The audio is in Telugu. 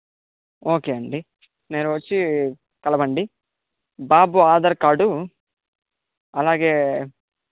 ఓకే అండి నేను వచ్చి కలవండి బాబు ఆధార్ కార్డు అలాగే